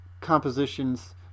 compositions